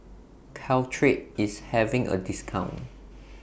Caltrate IS having A discount